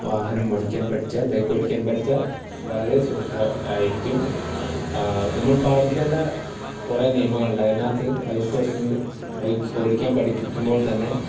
വാഹനം ഓടിക്കാൻ പഠിച്ചാൽ ബൈക്ക് ഓടിക്കാൻ പഠിച്ചാൽ വളരെ സുരക്ഷ ആയിരിക്കും നമ്മൾ പാലിക്കേണ്ട കുറേ നിയമങ്ങളുണ്ട് അയിനാത്ത് ബൈക്ക് ഓടിക്കുന്നത് ബൈക്ക് ഓടിക്കാൻ പഠിപ്പിക്കുമ്പോൾ തന്നെ